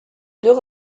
deux